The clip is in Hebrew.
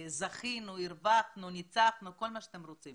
זכינו, הרווחנו, ניצחנו, כל מה שאתם רוצים